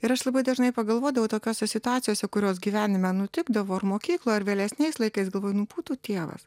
ir aš labai dažnai pagalvodavau tokiose situacijose kurios gyvenime nutikdavo ar mokykloj ir vėlesniais laikais galvoju nu būtų tėvas